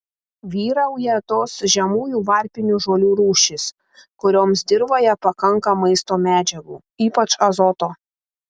vyrauja tos žemųjų varpinių žolių rūšys kurioms dirvoje pakanka maisto medžiagų ypač azoto